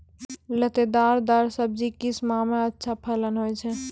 लतेदार दार सब्जी किस माह मे अच्छा फलन होय छै?